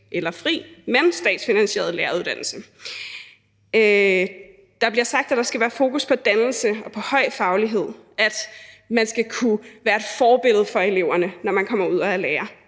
eller fri, men statsfinansieret læreruddannelse. Der bliver sagt, at der skal være fokus på dannelse og på høj faglighed, at man skal kunne være et forbillede for eleverne, når man kommer ud og er lærer.